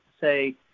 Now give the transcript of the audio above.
say